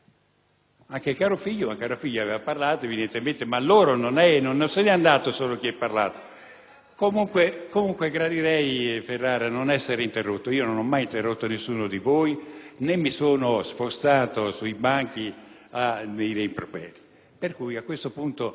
Comunque, senatore Ferrara, gradirei non essere interrotto. Non ho mai interrotto nessuno di voi né mi sono spostato sui banchi per dire improperi. A questo punto, educatamente, cerchiamo di discutere di questioni serie con grande serietà.